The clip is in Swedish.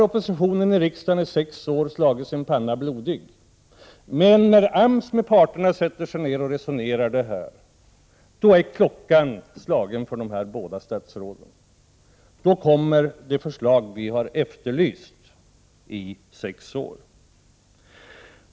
Oppositionen har i riksdagen under sex år slagit sin panna blodig på det här området, men när AMS representanter sätter sig ned med parterna och resonerar om dessa frågor är klockan slagen för de här båda socialdemokratiska politikerna — då kommer de förslag som vi har efterlyst under sex år.